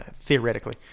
theoretically